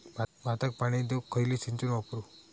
भाताक पाणी देऊक खयली सिंचन वापरू?